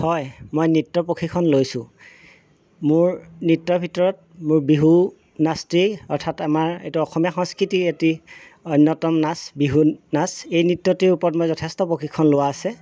হয় মই নৃত্য প্ৰশিক্ষণ লৈছো মোৰ নৃত্যৰ ভিতৰত মোৰ বিহু নাচটোৱেই অৰ্থাৎ আমাৰ এইটো অসমীয়া সংস্কৃতিৰ এটি অন্যতম নাচ বিহু নাচ এই নৃত্যটিৰ ওপৰত মই যথেষ্ট প্ৰশিক্ষণ লোৱা আছে